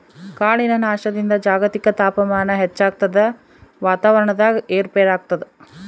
ಕಾಡಿನ ನಾಶದಿಂದ ಜಾಗತಿಕ ತಾಪಮಾನ ಹೆಚ್ಚಾಗ್ತದ ವಾತಾವರಣದಾಗ ಏರು ಪೇರಾಗ್ತದ